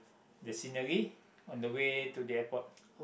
the scenery on the way to the airport